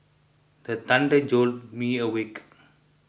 the thunder jolt me awake